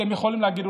אתם יכולים להגיד,